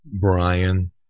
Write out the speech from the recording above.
Brian